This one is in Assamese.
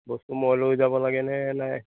বস্তু মই লৈ যাব লাগেনে নাই